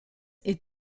est